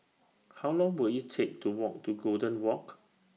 How Long Will IT Take to Walk to Golden Walk